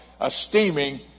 esteeming